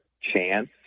chance